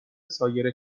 سایر